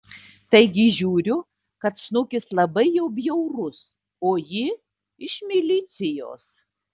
taigi žiūriu kad snukis labai jau bjaurus o ji iš milicijos